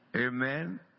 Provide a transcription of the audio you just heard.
amen